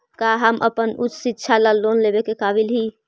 का हम अपन उच्च शिक्षा ला लोन लेवे के काबिल ही?